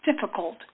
difficult